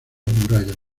murallas